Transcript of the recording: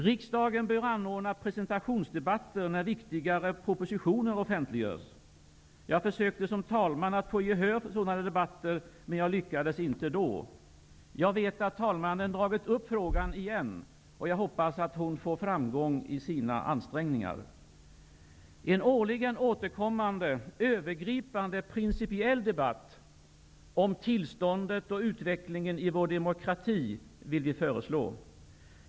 Vi vill föreslå en årligen återkommande övergripande principiell debatt om tillståndet och utvecklingen i vår demokrati.